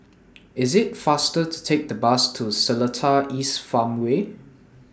IT IS faster to Take The Bus to Seletar East Farmway